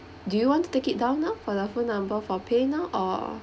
do you want to take it down now for the phone number for PayNow or